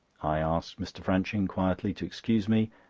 i asked mr. franching quietly to excuse me,